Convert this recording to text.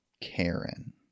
Karen